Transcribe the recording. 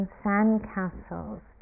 sandcastles